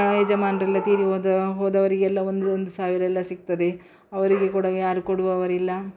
ಯಜಮಾನರೆಲ್ಲ ತೀರಿ ಹೋದ ಹೋದವರಿಗೆಲ್ಲ ಒಂದೊಂದು ಸಾವಿರ ಎಲ್ಲ ಸಿಗ್ತದೆ ಅವರಿಗೆ ಕೂಡ ಯಾರು ಕೊಡುವವರಿಲ್ಲ